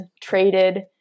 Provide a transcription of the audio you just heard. traded